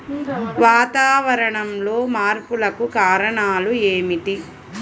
వాతావరణంలో మార్పులకు కారణాలు ఏమిటి?